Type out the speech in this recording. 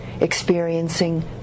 experiencing